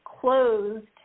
closed